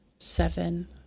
Seven